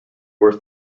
were